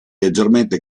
leggermente